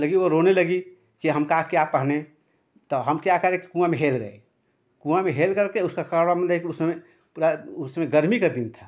लगी वो रोने लगी कि हम का क्या पहने तो हम क्या करे कि कुआँ में हेर गए कुआँ में हेर करके उसका कपड़ा मतलब कि उस समय पूरा उस समय गर्मी का दिन था